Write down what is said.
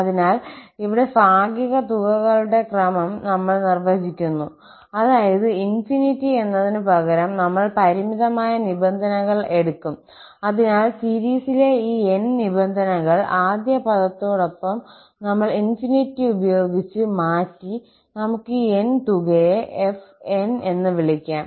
അതിനാൽ ഇവിടെ ഭാഗിക തുകകളുടെ ക്രമം ഞങ്ങൾ നിർവ്വചിക്കുന്നു അതായത് ∞ എന്നതിനുപകരം നമ്മൾ പരിമിതമായ നിബന്ധനകൾ എടുക്കും അതിനാൽ സീരിസിലെ ഈ 𝑛 നിബന്ധനകൾ ആദ്യ പദത്തോടൊപ്പം നമ്മൾ ∞ ഉപയോഗിച്ച് മാറ്റി നമുക്ക് ഈ n തുകയെ fn എന്ന് വിളിക്കാം